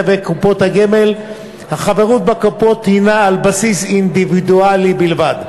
וקופות הגמל החברות בקופות היא על בסיס אינדיבידואלי בלבד.